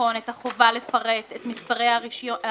לבחון את החובה לפרט את מספרי הרישוי